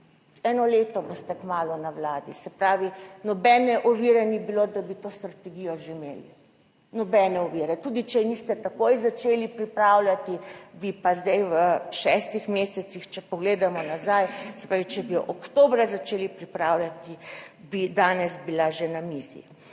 Eno leto boste kmalu na Vladi. Se pravi, nobene ovire ni bilo, da bi to strategijo že imeli. Nobene ovire. Tudi če niste takoj začeli pripravljati, bi pa zdaj v šestih mesecih, če pogledamo nazaj, če bi oktobra začeli pripravljati, bi danes bila že na mizi.